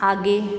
आगे